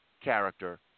character